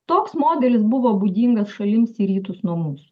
toks modelis buvo būdingas šalims į rytus nuo mūsų